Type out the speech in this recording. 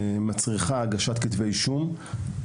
מצריכה הגשת כתבי אישום.